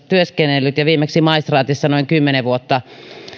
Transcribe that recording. työskennellyt viimeksi maistraatissa noin kymmenen vuotta